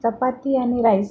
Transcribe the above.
चपाती आणि राईस